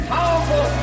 Powerful